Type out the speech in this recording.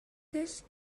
this